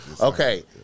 Okay